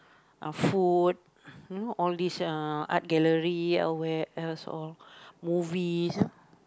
uh food you know all these art gallery where else movies